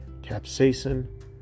capsaicin